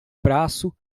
braço